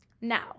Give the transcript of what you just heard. Now